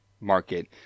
market